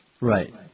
Right